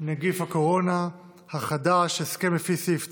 נגיף הקורונה החדש) (הסכם לפי סעיף 9),